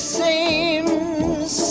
seems